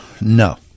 No